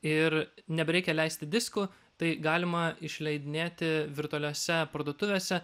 ir nebereikia leisti diskų tai galima išleidinėti virtualiose parduotuvėse